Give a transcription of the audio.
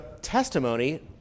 testimony